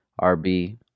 rb